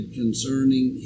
concerning